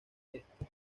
este